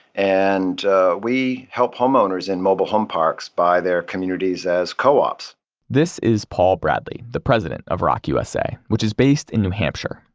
and we help homeowners in mobile home parks buy their communities as co-ops this is paul bradley, the president of roc usa, which is based in new hampshire.